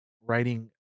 writing